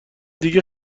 دیگه